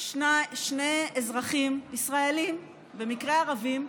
שני אזרחים ישראלים, במקרה ערבים,